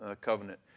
covenant